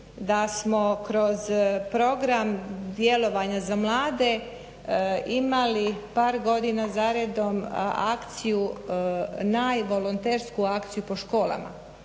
da smo kroz program djelovanja za mlade imali par godina za redom akciju, najvolontersku akciju po školama.